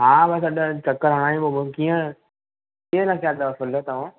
हा बस अॼु चक्कर हणां ई पयो कीअं कीअं रखिया अथव फल तव्हां